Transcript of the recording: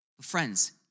Friends